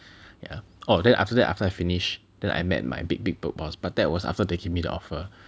ya orh then after that after I finish then I met my big big work boss but that was after they give me the offer